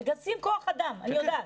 מגייסים כוח אדם, אני יודעת.